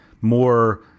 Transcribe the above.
more